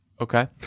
Okay